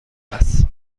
است